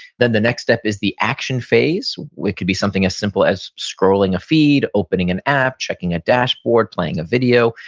then the next step is the action phase. it could be something as simple as scrolling a feed, opening an app, checking a dashboard, playing a video.